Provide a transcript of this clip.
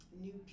new